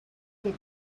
that